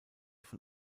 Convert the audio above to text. von